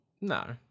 no